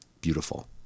beautiful